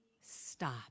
stop